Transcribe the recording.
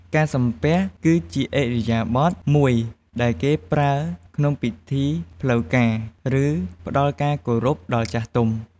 ការសំពះ គឺជាឥរិយាបថមួយដែលគេប្រើក្នុងពិធីផ្លូវការ ឬ ផ្តល់ការគោរពដល់ចាស់ទុំ។